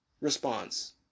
response